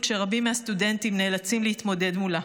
שרבים מהסטודנטים נאלצים להתמודד מולה: